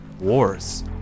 wars